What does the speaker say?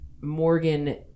Morgan